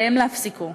עליהם להפסיקו.